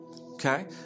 okay